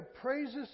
praises